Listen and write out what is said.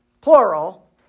plural